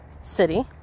city